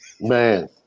Man